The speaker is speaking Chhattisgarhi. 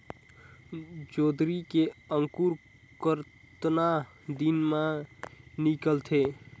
जोंदरी के अंकुर कतना दिन मां निकलथे?